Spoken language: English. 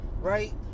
right